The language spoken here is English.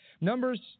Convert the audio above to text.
Numbers